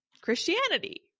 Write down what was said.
Christianity